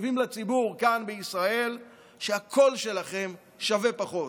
ומכתיבים לציבור כאן בישראל שהקול שלהם שווה פחות.